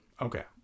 Okay